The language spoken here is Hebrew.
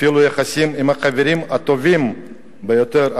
אפילו היחסים עם החברים הטובים ביותר,